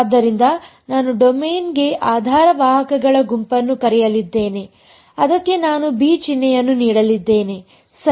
ಆದ್ದರಿಂದ ನಾನು ಡೊಮೇನ್ಗೆ ಆಧಾರ ವಾಹಕಗಳ ಗುಂಪನ್ನು ಕರೆಯಲಿದ್ದೇನೆ ಅದಕ್ಕೆ ನಾನು b ಚಿಹ್ನೆಯನ್ನು ನೀಡಲಿದ್ದೇನೆ ಸರಿ